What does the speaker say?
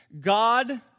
God